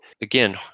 again